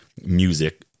music